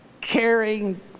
caring